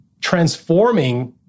transforming